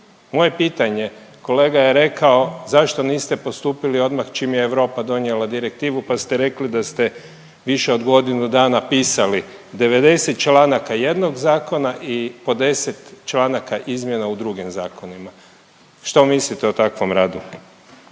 Moje pitanje, kolega je rekao zašto niste postupili odmah čim je Europa donijela direktivu pa ste rekli da ste više od godinu dana pisali 90 članaka jednog zakona i po 10 članaka izmjena u drugim zakonima. Što mislite o takvom radu?